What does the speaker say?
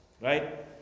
Right